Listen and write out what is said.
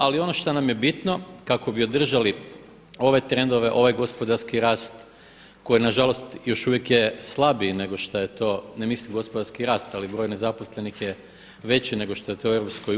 Ali ono šta nam je bitno kako bi održali ove trendove, ovaj gospodarski rast koji na žalost još uvijek je slabiji nego što je to, ne mislim gospodarski rast, ali broj nezaposlenih je veći nego što je to u EU.